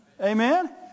Amen